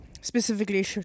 specifically